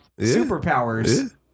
superpowers